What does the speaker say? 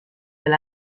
del